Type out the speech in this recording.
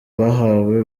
bahawe